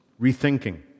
rethinking